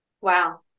Wow